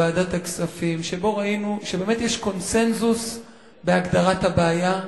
שבו ראינו שבאמת יש קונסנזוס בהגדרת הבעיה,